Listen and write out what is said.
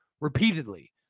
repeatedly